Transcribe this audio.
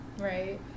Right